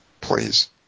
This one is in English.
Please